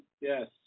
Yes